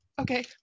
Okay